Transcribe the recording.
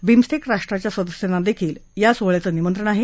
BIMSTEC राष्ट्रांच्या सदस्यांना देखील या सोहळ्याचं निमंत्रण आहे